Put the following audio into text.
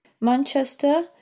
Manchester